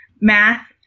math